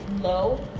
low